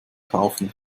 kaufen